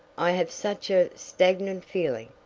i have such a stagnant feeling.